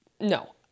no